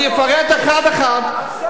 עכשיו היא קורסת.